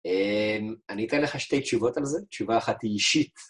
אני אתן לך שתי תשובות על זה. תשובה אחת היא אישית.